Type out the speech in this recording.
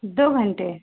दो घंटे